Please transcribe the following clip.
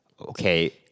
Okay